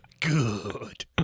Good